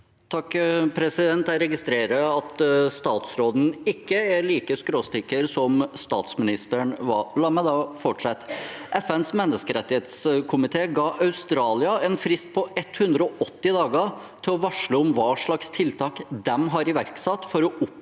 (SV) Jeg registrerer at statsråden ikke er like skråsikker som statsministeren var. La meg da fortsette. FNs menneskerettighetskomité ga Australia en frist på 180 dager til å varsle om hva slags tiltak de har iverksatt for å oppheve